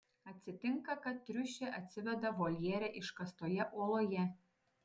atsitinka kad triušė atsiveda voljere iškastoje uoloje